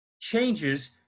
changes